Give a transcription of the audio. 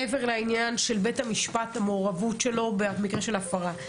מעבר לעניין של מעורבות בית המשפט במקרה של הפרה,